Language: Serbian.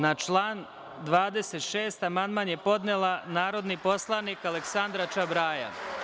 Na član 26. amandman je podnela narodni poslanik Aleksandra Čabraja.